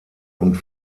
und